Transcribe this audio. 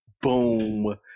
boom